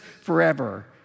forever